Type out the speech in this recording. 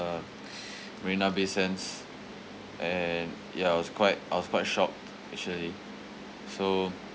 marina bay sands and ya I was quite I was quite shocked actually so